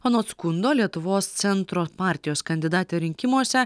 anot skundo lietuvos centro partijos kandidatė rinkimuose